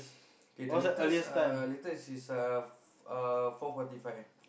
the latest is uh latest is uh four forty five